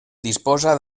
disposa